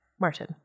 Martin